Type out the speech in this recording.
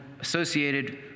associated